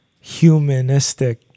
humanistic